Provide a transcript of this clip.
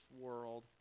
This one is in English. world